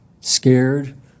scared